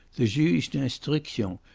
the juge d'instruction,